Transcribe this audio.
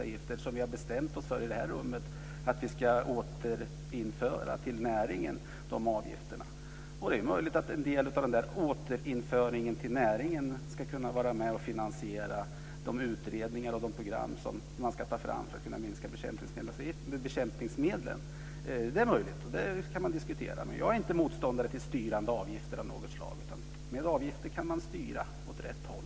Vi har i det här rummet bestämt att avgifterna ska återföras till näringen. Det är möjligt att en del av återföringen till näringen ska kunna finansiera de utredningar och program som ska antas för att minska bekämpningsmedlen. Det kan diskuteras. Jag är inte motståndare till styrande avgifter av något slag. Med avgifter går det att styra åt rätt håll.